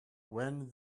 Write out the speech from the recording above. when